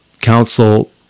council